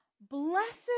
Blessed